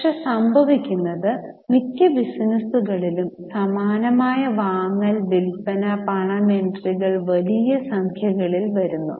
പക്ഷേ സംഭവിക്കുന്നത് മിക്ക ബിസിനസുകളിലും സമാനമായ വാങ്ങൽ വിൽപന പണം എൻട്രികൾ വലിയ സംഖ്യകളിൽ വരുന്നു